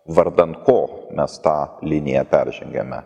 vardan ko mes tą liniją peržengiame